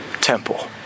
temple